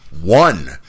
One